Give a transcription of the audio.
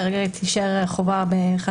כרגע תישאר חובה.